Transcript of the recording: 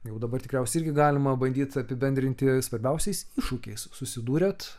jau dabar tikriausiai irgi galima bandyt apibendrinti svarbiausiais iššūkiais susidūrėt